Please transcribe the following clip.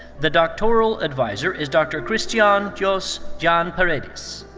the doctoral adviser is dr. christian joss jan haredes.